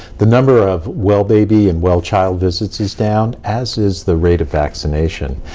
the number of well-baby and well-child visits is down, as is the rate of vaccination.